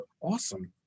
awesome